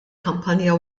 kampanja